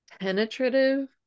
penetrative